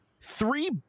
Three